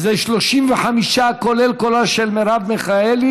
זה 35, כולל קולה של מרב מיכאלי.